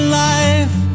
life